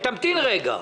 תמתין רגע.